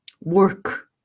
work